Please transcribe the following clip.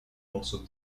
morceaux